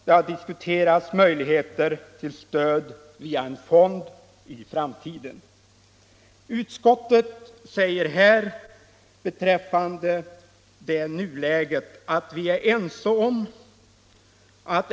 Man har också diskuterat möjligheterna att i framtiden lämna stöd via en fond.